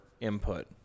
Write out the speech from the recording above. input